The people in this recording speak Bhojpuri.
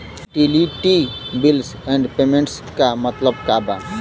यूटिलिटी बिल्स एण्ड पेमेंटस क मतलब का बा?